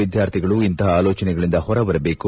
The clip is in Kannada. ವಿದ್ಯಾರ್ಥಿಗಳು ಇಂತಪ ಆಲೋಚನೆಗಳಿಂದ ಹೊರಬರಬೇಕು